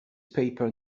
paper